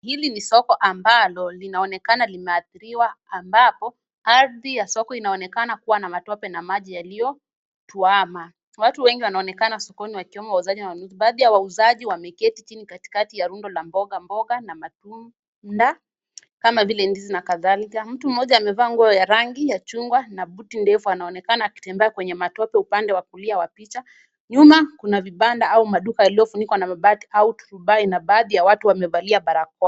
Hili ni soko ambalo linaonekana limeadhiriwa ambapo ardhi ya soko inaonekana kuwa na matope na maji yaliyotuwama. Watu wengi wanaonekana sokoni wakiwemo wauzaji wa vitu. Watu wengi wamekusanyika kwenye sehemu ya mboga mboga na matunda kama vile ndizi na kadhalika. Mtu moja amevaa nguo ya rangi ya chungwa na buti ndefu anaonekana akitembea kwenye matope upande wa kulia wa picha. Nyuma kuna maduka na vibanda yaliyofunikwa na mabati au turubai huku baadhi ya watu wakiwa wamevalia barakoa.